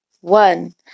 one